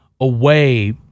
away